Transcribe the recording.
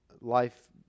life